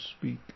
speak